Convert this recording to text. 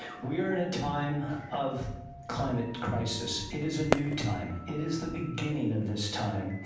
we are in a time of climate crisis. it is a new time. it is the beginning of this time.